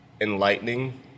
enlightening